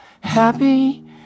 happy